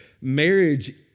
marriage